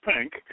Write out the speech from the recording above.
pink